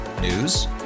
News